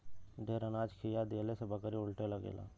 ढेर अनाज खिया देहले से बकरी उलटे लगेला